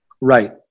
Right